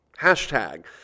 hashtag